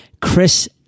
Chris